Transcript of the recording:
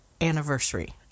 anniversary